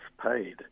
paid